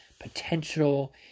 potential